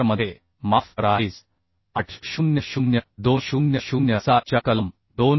4 मध्ये माफ कराःIS 800 2007च्या कलम 2